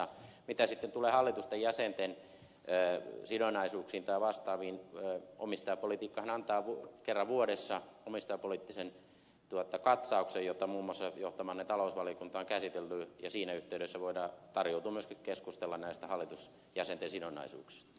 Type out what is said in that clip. mitä sitten tulee hallitusten jäsenten sidonnaisuuksiin tai vastaaviin omistajapolitiikkahan antaa kerran vuodessa omistajapoliittisen katsauksen jota muun muassa johtamanne talousvaliokunta on käsitellyt ja siinä yhteydessä tarjoutuu myöskin mahdollisuus keskustella näistä hallitusjäsenten sidonnaisuuksista